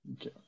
Okay